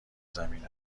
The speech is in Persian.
زمین